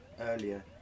earlier